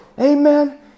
Amen